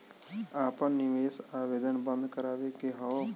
आपन निवेश आवेदन बन्द करावे के हौ?